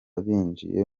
binjiye